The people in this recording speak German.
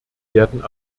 werden